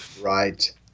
Right